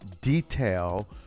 detail